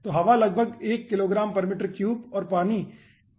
तो हवा लगभग 1 kgm3 होगी और पानी 1000 kgm3 होगा